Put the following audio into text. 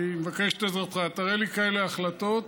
אני מבקש את עזרתך: תראה לי כאלה החלטות,